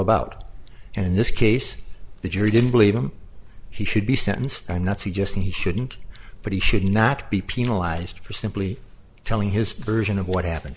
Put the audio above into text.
about and in this case the jury didn't believe him he should be sentenced i'm not suggesting he shouldn't but he should not be penalized for simply telling his version of what happened